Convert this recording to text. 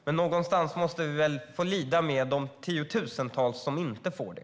Men någonstans måste vi väl få lida med de tiotusentals som inte får det.